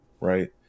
right